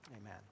Amen